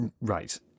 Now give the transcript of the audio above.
Right